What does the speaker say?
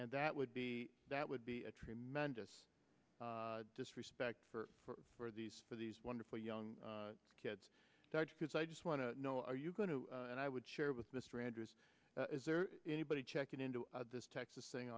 and that would be that would be a tremendous disrespect for for these for these wonderful young kids because i just want to know are you going to and i would share with mr andrews is there anybody checking into this texas thing